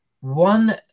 one